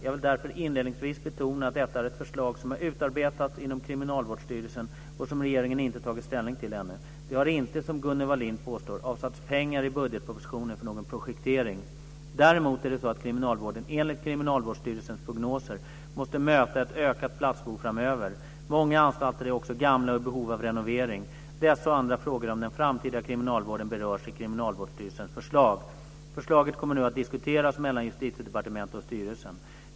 Jag vill därför inledningsvis betona att detta är ett förslag som har utarbetats inom Kriminalvårdsstyrelsen och som regeringen inte tagit ställning till ännu. Det har inte - som Gunnel Wallin påstår - avsatts pengar i budgetpropositionen för någon projektering. Däremot är det så att kriminalvården enligt Kriminalvårdsstyrelsens prognoser måste möta ett ökat platsbehov framöver. Många anstalter är också gamla och i behov av renovering. Dessa och andra frågor om den framtida kriminalvården berörs i Kriminalvårdsstyrelsens förslag. Förslaget kommer nu att diskuteras mellan Justitiedepartementet och styrelsen.